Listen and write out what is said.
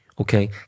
okay